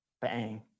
Bang